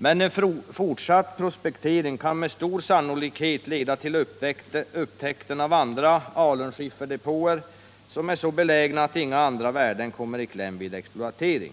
Men en fortsatt prospektering kan med stor sannolikhet leda till upptäckten av andra alunskifferdepåer som är så belägna att inga andra värden kommer i kläm vid en exploatering.